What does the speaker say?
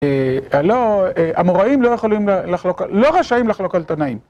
לא, אמוראים לא יכולים לחלוק, לא רשאים לחלוק על תנאים